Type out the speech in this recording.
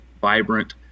vibrant